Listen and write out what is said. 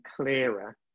clearer